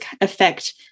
affect